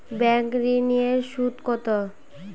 Bank ঋন এর সুদ কত?